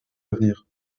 d’avenir